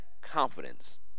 confidence